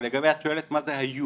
את שואלת מה זה 'היו'.